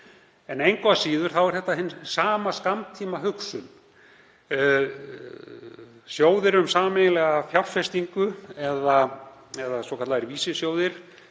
Engu að síður er þetta hin sama skammtímahugsun. Sjóðir um sameiginlega fjárfestingu eða svokallaðir vísisjóðir